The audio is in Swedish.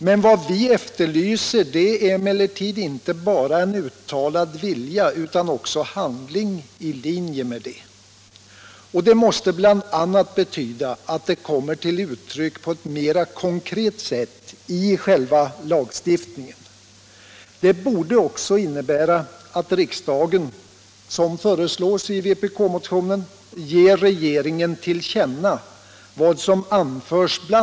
Men vad vi efterlyser är inte bara en uttalad vilja utan också handling i linje med detta. Det måste bl.a. betyda att viljan kommer till uttryck på ett mera konkret sätt i själva lagstiftningen. Det borde också innebära att riksdagen, som föreslås i vpk-motionen, ger regeringen till känna vad som anförs bl.,a.